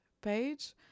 page